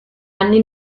anni